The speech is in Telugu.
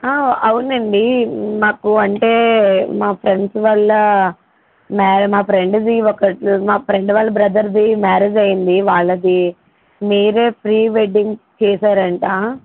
అవునండి మాకు అంటే మా ఫ్రెండ్స్ వాళ్ళ మ్యా మా ఫ్రెండ్ది ఒకటి మా ఫ్రెండ్ వాళ్ళ బ్రదర్ది మ్యారేజ్ అయ్యింది వాళ్ళది మీరే ప్రీ వెడ్డింగ్ చేసారంట